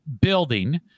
building